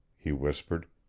he whispered.